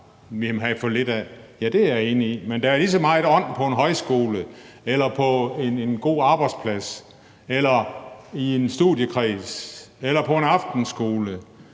Ja, det er jeg enig i, men der er lige så meget ånd på en højskole eller på en god arbejdsplads eller i en studiekreds eller på en aftenskole